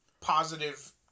positive